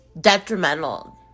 detrimental